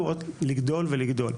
כדי לבוא ולקדם